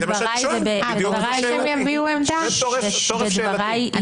בדיוק זאת שאלתי.